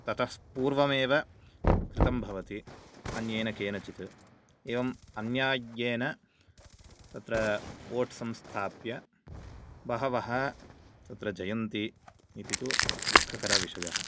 ततः पूर्वमेव कृतं भवति अन्येन केनचित् एवं अन्याय्येन तत्र वोट संस्थाप्य बहवः तत्र जयन्ति इति तु दुःखकरविषयः